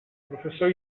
professor